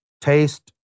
taste